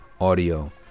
audio